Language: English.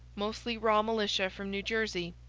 mostly raw militia from new jersey.